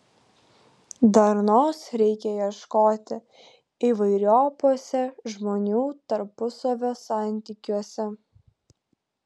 darnos reikia ieškoti įvairiopuose žmonių tarpusavio santykiuose